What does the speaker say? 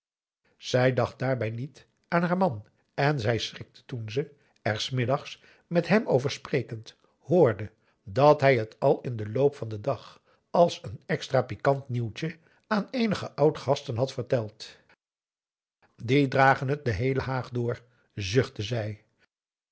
zij dacht daarbij niet aan haar man en zij schrikte toen ze er s middags met hem over sprekend hoorde dat hij het al in den loop van den dag als een extra pikant nieuwtje aan eenige oud gasten had verteld die dragen het den heelen haag door zuchtte zij